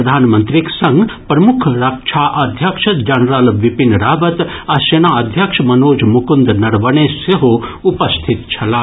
प्रधानमंत्रीक संग प्रमुख रक्षा अध्यक्ष जनरल विपिन रावत आ सेनाध्यक्ष मनोज मुकुन्द नरवणे सेहो उपस्थित छलाह